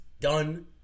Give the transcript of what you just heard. done